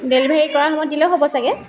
delivery কৰা সময়ত দিলেও হ'ব চাগে